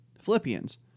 Philippians